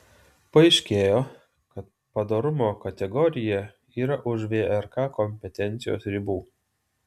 paaiškėjo kad padorumo kategorija yra už vrk kompetencijos ribų